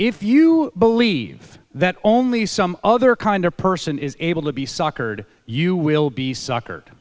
if you believe that only some other kind of person is able to be suckered you will be sucker